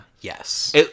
Yes